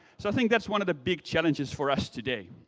so, i think that's one of the big challenges for us today.